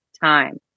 time